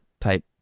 type